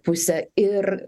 pusę ir